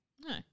No